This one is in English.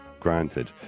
Granted